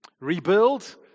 rebuild